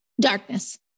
Darkness